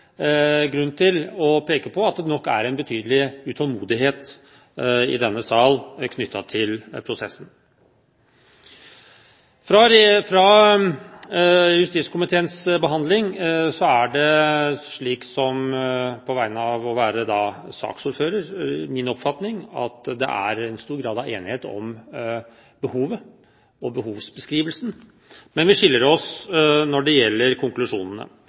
grunn til å peke på at det nok er en betydelig utålmodighet i denne sal knyttet til prosessen. Når det gjelder justiskomiteens behandling, er det min oppfatning som saksordfører at det er stor grad av enighet om behovet, om behovsbeskrivelsen, men vi skiller lag når det gjelder konklusjonene.